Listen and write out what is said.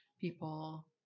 people